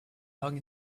hung